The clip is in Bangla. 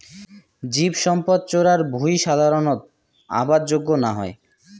জীবসম্পদ চরার ভুঁই সাধারণত আবাদ যোগ্য না হই